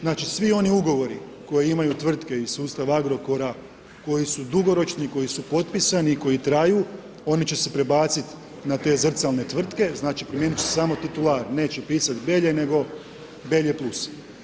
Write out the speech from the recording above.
Znači svi oni ugovori koje imaju tvrtke iz sustav Agrokora, koji su dugoročni i koji su potpisani i koji traju, oni će se prebaciti na te zrcalne tvrtke, znači promijeniti će samo titular, neće pisati Belje, nego Belje plus.